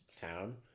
town